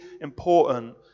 important